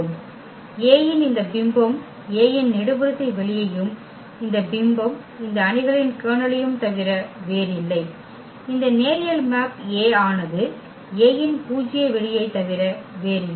A இன் இந்த பிம்பம் A இன் நெடுவரிசை வெளியையும் இந்த பிம்பம் இந்த அணிகளின் கர்னலையும் தவிர வேறில்லை இந்த நேரியல் மேப் A ஆனது A இன் பூஜ்ய வெளியைத் தவிர வேறில்லை